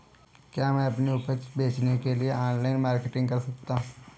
क्या मैं अपनी उपज बेचने के लिए ऑनलाइन मार्केटिंग कर सकता हूँ?